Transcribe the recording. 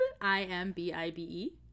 I-M-B-I-B-E